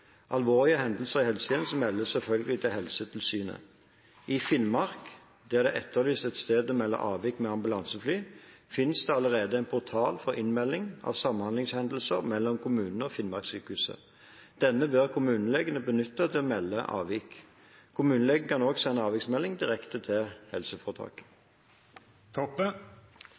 Alvorlige hendelser i helsetjenesten meldes selvfølgelig til Helsetilsynet. I Finnmark, der det er etterlyst et sted å melde avvik med ambulansefly, finnes det allerede en portal for innmelding av samhandlingshendelser mellom kommunene og Finnmarkssykehuset. Denne bør kommunelegene benytte til å melde avvik. Kommunelegene kan også sende avviksmelding direkte til